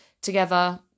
together